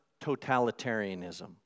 totalitarianism